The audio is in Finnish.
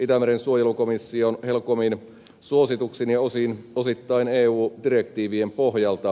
itämeren suojelukomission helcomin suosituksin ja osittain eu direktiivien pohjalta